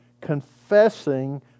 confessing